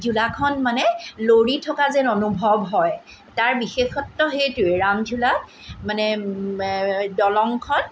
ঝোলাখন মানে লৰি থকা যেন অনুভৱ হয় তাৰ বিশেষত্ব সেইটোৱে ৰামঝোলাত মানে দলংখন